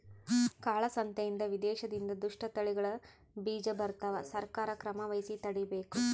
ಕಾಳ ಸಂತೆಯಿಂದ ವಿದೇಶದಿಂದ ದುಷ್ಟ ತಳಿಗಳ ಬೀಜ ಬರ್ತವ ಸರ್ಕಾರ ಕ್ರಮವಹಿಸಿ ತಡೀಬೇಕು